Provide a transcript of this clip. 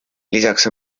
lisaks